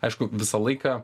aišku visą laiką